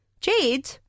Jade